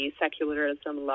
secularism